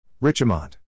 Richemont